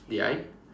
did I